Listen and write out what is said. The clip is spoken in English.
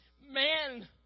man